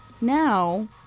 now